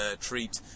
treat